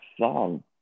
song